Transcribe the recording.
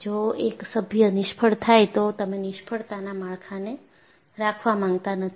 જો એક સભ્ય નિષ્ફળ થાય તો તમે નિષ્ફળતાના માળખાંને રાખવા માંગતા નથી